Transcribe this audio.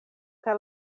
kaj